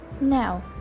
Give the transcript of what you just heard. now